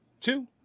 two